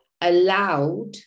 allowed